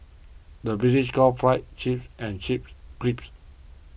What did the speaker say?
the British calls Fries Chips and Chips Crisps